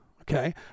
Okay